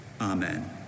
Amen